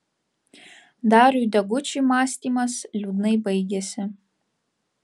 dariui degučiui mąstymas liūdnai baigėsi